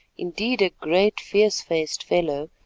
indeed, a great fierce-faced fellow,